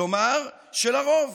כלומר של הרוב,